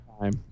time